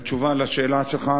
בתשובה על השאלה שלך,